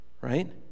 right